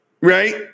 right